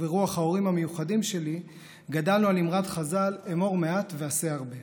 וברוח ההורים המיוחדים שלי גדלנו על אמרת חז"ל "אמור מעט ועשה הרבה".